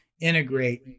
integrate